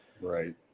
Right